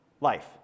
life